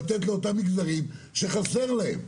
לתת לאותם מגזרים שחסר להם?